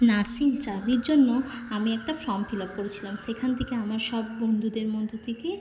nursing চাকরির জন্য আমি একটা ফর্ম ফিল আপ করেছিলাম সেখান থেকে আমার সব বন্ধুদের মধ্য থেকে